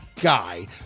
guy